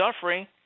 suffering